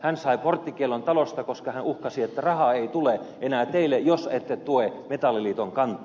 hän sai porttikiellon taloon koska hän uhkasi että rahaa ei tule enää teille jos ette tue metalliliiton kantaa